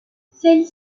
celle